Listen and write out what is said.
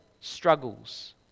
struggles